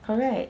correct